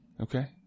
okay